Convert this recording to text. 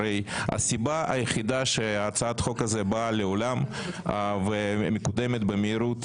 הרי הסיבה היחידה שהצעת החוק הזו באה לעולם ומקודמת במהירות